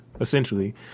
essentially